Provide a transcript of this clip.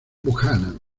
buchanan